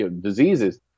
diseases